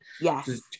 Yes